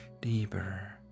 deeper